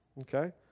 okay